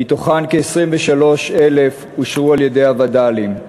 מתוכן כ-23,000 אושרו על-ידי הווד"לים.